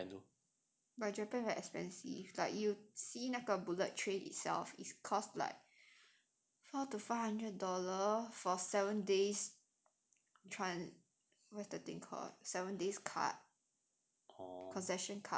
but japan very expensive like you see 那个 bullet train itself is cost like four to five hundred dollar for seven days tran~ what's that thing called seven days card concession card